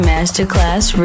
Masterclass